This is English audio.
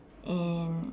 and